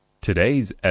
Today's